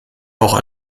auch